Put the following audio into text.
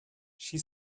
she